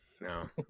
No